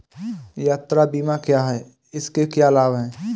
यात्रा बीमा क्या है इसके क्या लाभ हैं?